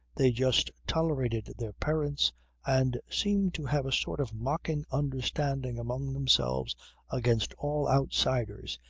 they just tolerated their parents and seemed to have a sort of mocking understanding among themselves against all outsiders,